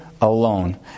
alone